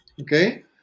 Okay